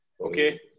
okay